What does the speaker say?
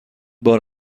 بار